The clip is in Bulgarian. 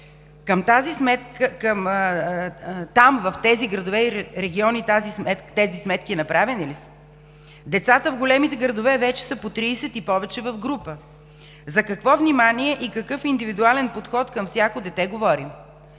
и региони? Там, в тези градове и региони, тези сметки направени ли са? Децата в големите градове вече са по 30 и повече в група. За какво внимание и какъв индивидуален подход към всяко дете говорим?